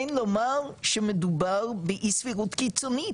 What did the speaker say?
אין לומר שמדובר באי סבירות קיצונית,